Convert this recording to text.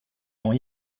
dents